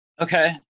okay